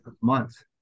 months